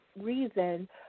reason